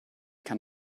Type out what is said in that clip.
kann